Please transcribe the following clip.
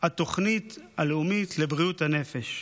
התוכנית הלאומית לבריאות הנפש.